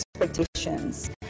expectations